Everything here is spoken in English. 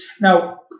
Now